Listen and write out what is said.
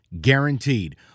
guaranteed